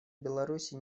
беларуси